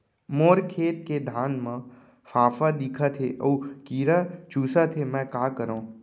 मोर खेत के धान मा फ़ांफां दिखत हे अऊ कीरा चुसत हे मैं का करंव?